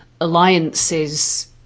alliances